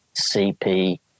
CP